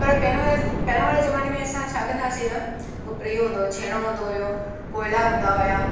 पर पहिरों एस पहिरों वारे ज़माने में असां छा कंदा हुआसीं न इयो हूंदो हुयो छेणो हूंदो हुयो कोयला हूंदा हुया